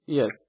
Yes